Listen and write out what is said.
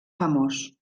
famós